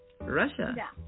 Russia